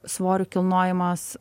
svorių kilnojimas